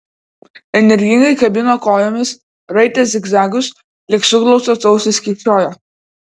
energingai kabino kojomis raitė zigzagus tik suglaustos ausys kyščiojo